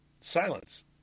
Silence